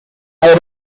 wrote